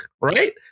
Right